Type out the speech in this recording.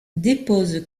dépose